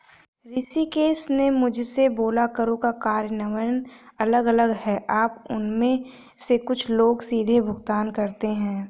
ऋषिकेश ने मुझसे बोला करों का कार्यान्वयन अलग अलग है आप उनमें से कुछ को सीधे भुगतान करते हैं